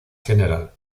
general